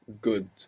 Good